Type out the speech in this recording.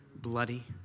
bloody